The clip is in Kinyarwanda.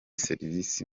serivisi